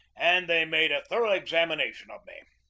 and they made a thorough examination of me.